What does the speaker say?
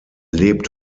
lebt